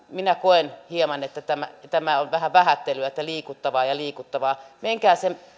minä koen hieman että tämä tämä on vähän vähättelyä että liikuttavaa ja ja liikuttavaa menkää